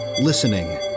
listening